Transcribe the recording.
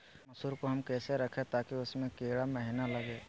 मसूर को हम कैसे रखे ताकि उसमे कीड़ा महिना लगे?